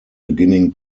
beginning